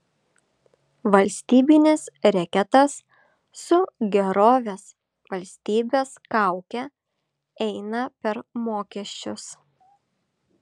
valstybinis reketas su gerovės valstybės kauke eina per mokesčius